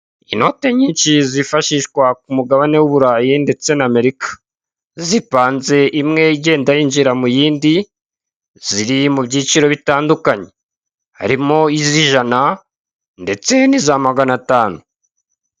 Inote nyinshi zifashshwa ku mugabane w'Uburayi ndetse n'Amerika, zipanze imwe igenda yinjira mu yindi ziri mu byiciro bitandukanye harimo izi jana ndetse n'iza magana atanu.